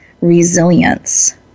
resilience